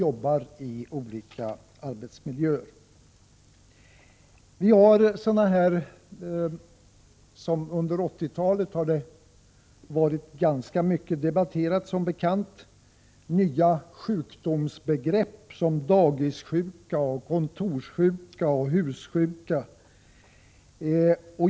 Under 1980-talet har man ofta debatterat nya sjukdomsbegrepp som dagissjuka, kontorssjuka och hussjuka.